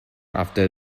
after